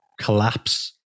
collapse